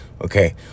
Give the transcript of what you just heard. okay